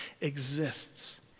exists